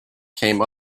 came